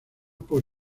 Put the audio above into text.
por